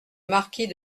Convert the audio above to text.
marquis